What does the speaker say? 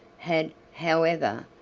had, however,